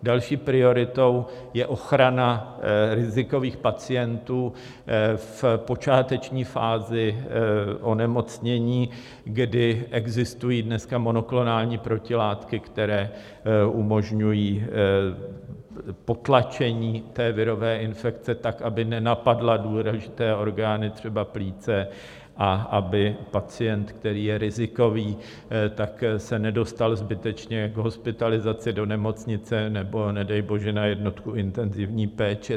Další prioritou je ochrana rizikových pacientů v počáteční fázi onemocnění, kdy existují dnes monoklonální protilátky, které umožňují potlačení virové infekce tak, aby nenapadla důležité orgány, třeba plíce, a aby pacient, který je rizikový, se nedostal zbytečně k hospitalizaci do nemocnice nebo nedejbože na jednotku intenzivní péče.